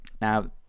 Now